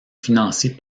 financée